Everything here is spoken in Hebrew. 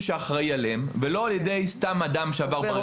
שאחראי עליהם ולא על ידי סתם אדם שעבר ברחוב.